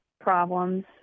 problems